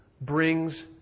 brings